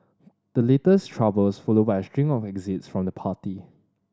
the latest troubles follow a string of exits from the party